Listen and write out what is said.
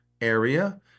area